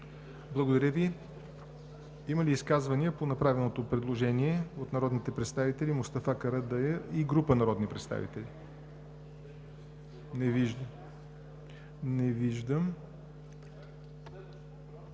ли желаещи за изказвания по направеното предложение от народния представител Мустафа Карадайъ и група народни представители? Не виждам.